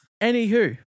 Anywho